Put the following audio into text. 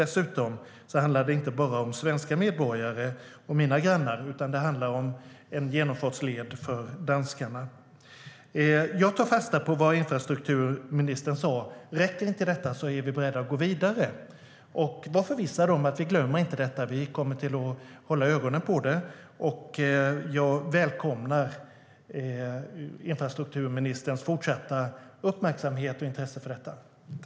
Dessutom handlar det inte bara om svenska medborgare och mina grannar, utan det handlar om en genomfartsled för danskarna.